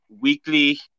weekly